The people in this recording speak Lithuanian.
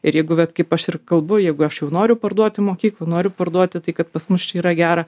ir jeigu vat kaip aš ir kalbu jeigu aš jau noriu parduoti mokyklą noriu parduoti tai kad pas mus čia yra gera